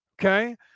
okay